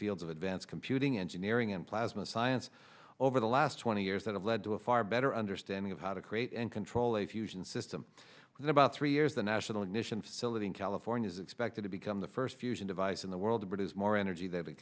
fields of advanced computing engineering and plasma science over the last twenty years that have led to a far better understanding of how to create and control a fusion system because about three years the national ignition facility in california is expected to become the first fusion device in the world to produce more energy that it